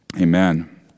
Amen